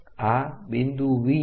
આ બિંદુ V છે